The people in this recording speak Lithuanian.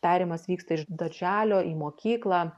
perėjimas vyksta iš darželio į mokyklą